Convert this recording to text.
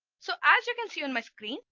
so as you can see on my screen,